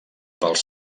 pels